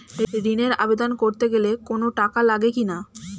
ঋণের আবেদন করতে গেলে কোন টাকা লাগে কিনা?